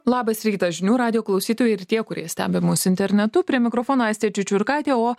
labas rytas žinių radijo klausytojai ir tie kurie stebi mus internetu prie mikrofono aistė čiučiurkaitė o